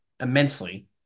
immensely